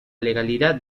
legalidad